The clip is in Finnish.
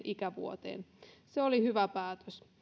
ikävuoteen vuoden kaksituhattakaksikymmentä alusta se oli hyvä päätös